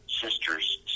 sisters